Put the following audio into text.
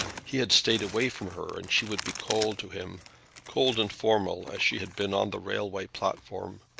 he had stayed away from her, and she would be cold to him cold and formal as she had been on the railway platform.